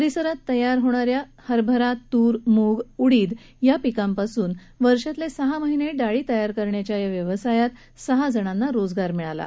परिसरात तयार झालेल्या हरभरा तूर मूग उडीद या पिकांपासून वर्षातले सहा महिने डाळी तयार करण्याच्या या व्यवसायात सहा जणांना रोजगार मिळाला आहे